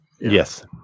Yes